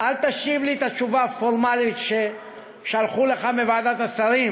אל תשיב לי את התשובה הפורמלית ששלחו לך מוועדת השרים,